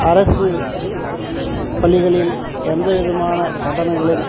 அரசு பள்ளிகளில் எந்த விதமான கட்டணங்களும்